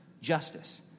justice